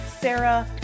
Sarah